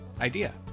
IDEA